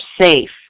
safe